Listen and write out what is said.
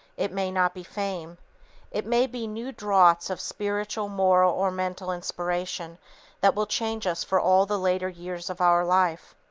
it may not be fame it may be new draughts of spiritual, moral or mental inspiration that will change us for all the later years of our life.